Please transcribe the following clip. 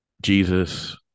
Jesus